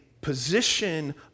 position